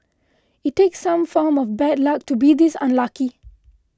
it takes some form of bad luck to be this unlucky